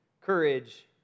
courage